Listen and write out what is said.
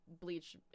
bleach